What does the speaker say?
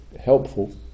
helpful